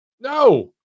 No